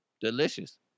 Delicious